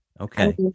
Okay